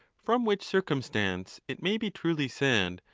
from which circumstance it may be truly said,